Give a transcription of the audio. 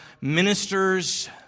ministers